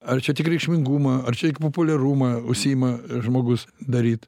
ar čia tik reikšmingumą ar čia tik populiarumą užsiima žmogus daryt